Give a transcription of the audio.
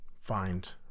find